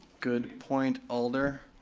good point alder.